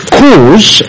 cause